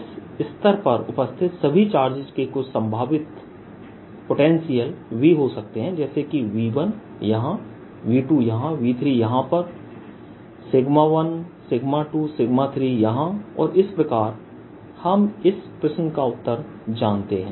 इस स्तर पर उपस्थित सभी चार्जेस के कुछ संभावित पोटेंशियल V हो सकते हैं जैसे कि V1 यहाँ V2 यहाँ V3 यहाँ पर 1 2 3 यहाँ और इस प्रकार हम इस प्रश्न का उत्तर जानते हैं